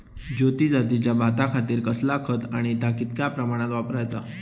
ज्योती जातीच्या भाताखातीर कसला खत आणि ता कितक्या प्रमाणात वापराचा?